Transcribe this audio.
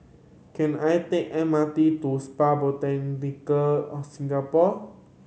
can I take M R T to Spa Botanica of Singapore